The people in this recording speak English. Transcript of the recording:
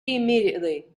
immediately